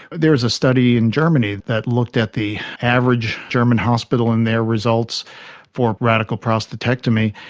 there is a study in germany that looked at the average german hospital and their results for radical prostatectomy,